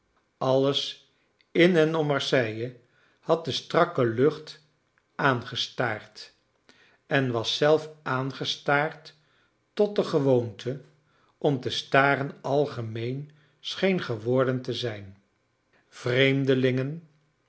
alles in en om marseille had de strakke lucht aangestaard en was zek aangestaard tot de gewoonte om te staren algemeen scheen geworden te zijn vreemdelingen